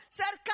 ser